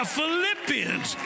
Philippians